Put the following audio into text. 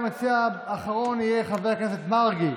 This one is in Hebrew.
המציע האחרון יהיה חבר הכנסת מרגי.